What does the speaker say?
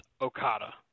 Okada